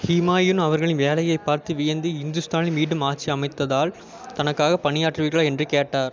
ஹிமாயூன் அவர்களின் வேலையைப் பார்த்து வியந்து ஹிந்துஸ்தானில் மீண்டும் ஆட்சி அமைத்தால் தனக்காகப் பணியாற்றுவீர்களா என்று கேட்டார்